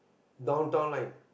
Downtown Line